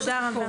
תודה רבה.